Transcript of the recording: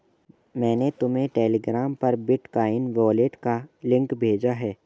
मैंने तुम्हें टेलीग्राम पर बिटकॉइन वॉलेट का लिंक भेजा है